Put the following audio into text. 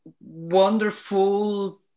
wonderful